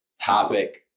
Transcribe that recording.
topic